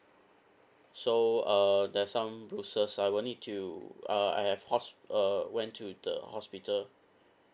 so uh there's some bruises I will need to uh I have hosp~ uh went to the hospital